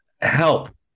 help